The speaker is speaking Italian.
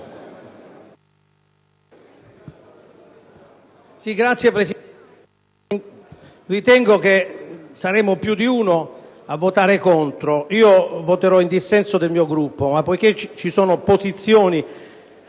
MARITATI *(PD)*. Ritengo che saremo più di uno a votare contro. Io voterò in dissenso dal mio Gruppo, ma poiché ci sono posizioni